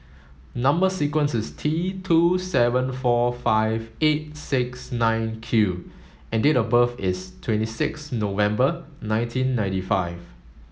number sequence is T two seven four five eight six nine Q and date of birth is twenty six November nineteen ninety five